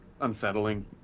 unsettling